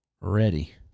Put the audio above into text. ready